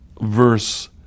verse